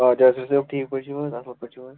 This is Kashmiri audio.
آ جاسِف صوب ٹھیٖک پٲٹھۍ چھُو حظ اصٕل پٲٹھۍ چھُو حظ